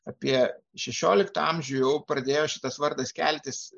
apie šešioliktą amžių jau pradėjo šitas vardas keltis